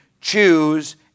choose